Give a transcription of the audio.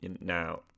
now